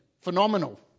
Phenomenal